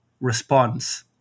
response